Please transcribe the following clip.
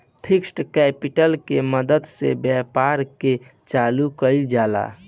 fixed capital के मदद से व्यापार के चालू कईल जाला